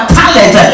talent